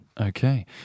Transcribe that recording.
Okay